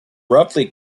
roughly